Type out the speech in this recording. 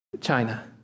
China